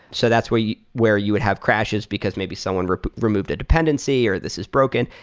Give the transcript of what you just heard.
so that's where you where you would have crashes because maybe someone removed a dependency or this is broken.